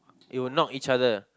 it will knock each other